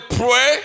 pray